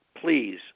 please